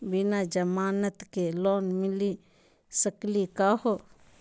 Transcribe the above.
बिना जमानत के लोन मिली सकली का हो?